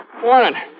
Morning